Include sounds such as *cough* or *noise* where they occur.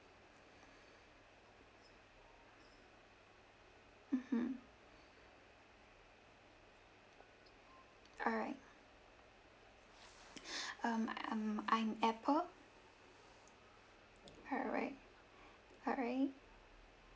mmhmm alright *breath* um um I'm apple correct alright